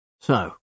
So